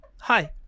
Hi